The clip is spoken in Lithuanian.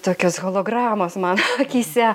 tokios hologramos man akyse